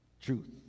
Truth